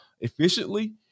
efficiently